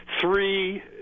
three